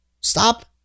Stop